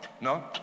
no